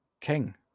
king